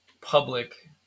public